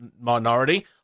minority